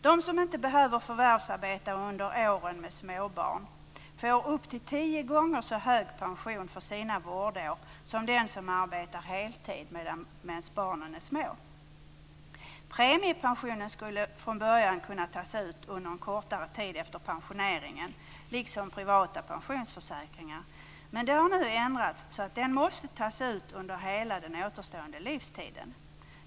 De som inte behöver förvärvsarbeta under åren med småbarn får upp till tio gånger så hög pension för sina vårdår som de som arbetar heltid medan barnen är små. Premiepensionen skulle från början kunna tas ut under en kortare tid efter pensioneringen, liksom privata pensionsförsäkringar, men det har nu ändrats så att den måste tas ut under hela den återstående livstiden.